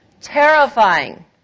terrifying